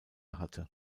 hatte